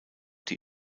die